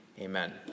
Amen